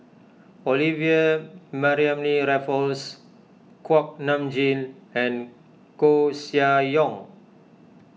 Olivia Mariamne Raffles Kuak Nam Jin and Koeh Sia Yong